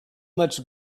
much